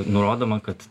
nurodoma kad